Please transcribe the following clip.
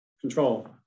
control